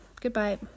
Goodbye